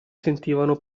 sentivano